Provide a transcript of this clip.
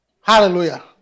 Hallelujah